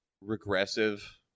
regressive